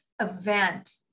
event